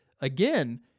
again